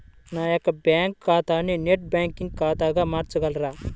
నా యొక్క బ్యాంకు ఖాతాని నెట్ బ్యాంకింగ్ ఖాతాగా మార్చగలరా?